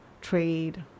trade